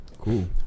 Cool